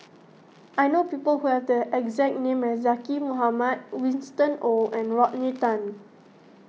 I know people who have the exact name as Zaqy Mohamad Winston Oh and Rodney Tan